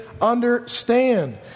understand